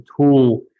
tool